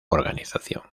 organización